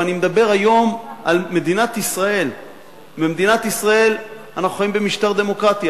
ואני מדבר היום על מדינת ישראל ובמדינת ישראל אנחנו חיים במשטר דמוקרטי,